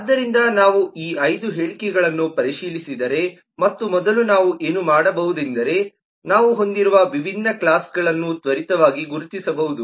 ಆದ್ದರಿಂದ ನಾವು ಈ 5 ಹೇಳಿಕೆಗಳನ್ನು ಪರಿಶೀಲಿಸಿದರೆ ಮತ್ತು ಮೊದಲು ನಾವು ಏನು ಮಾಡಬಹುದೆಂದರೆ ನಾವು ಹೊಂದಿರುವ ವಿಭಿನ್ನ ಕ್ಲಾಸ್ಗಳನ್ನು ತ್ವರಿತವಾಗಿ ಗುರುತಿಸಬಹುದು